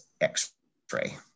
x-ray